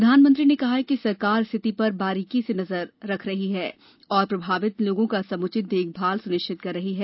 प्रधानमंत्री ने कहा कि सरकार स्थिति पर बारीकी से नजर रख रही है और प्रभावित लोगों का समुचित देखभाल सुनिश्चित कर रही है